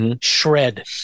Shred